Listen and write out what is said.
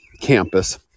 campus